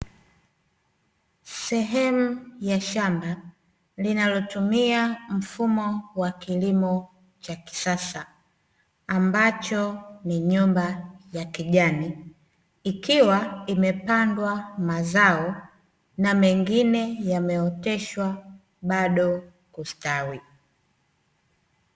Sehemu ya shamba linalotumia mfumo wa kilimo cha kisasa, ambacho ni nyumba ya kijani, ikiwa imepandwa mazao, na mengine yameoteshwa bado kustawi,